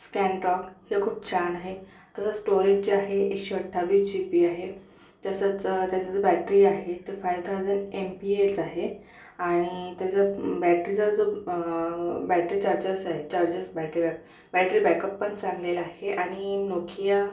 स्कॅनड्रॉक हे खूप छान आहे तसंच स्टोअरेज जे आहे एकशे अठ्ठावीस जी बी आहे तसंच त्याचं जे बॅटरी आहे ते फाई थाऊझंड एमपीएचं आहे आणि त्याचा बॅटरीचा जो बॅटरी चार्जेस आहे charges battery bat battery backup पण चांगलेल आहे आणि नोकिया